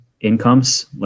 incomes